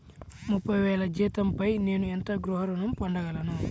ముప్పై వేల జీతంపై నేను ఎంత గృహ ఋణం పొందగలను?